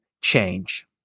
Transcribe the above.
change